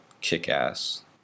kick-ass